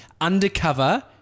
Undercover